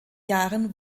jahren